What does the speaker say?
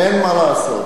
אין מה לעשות,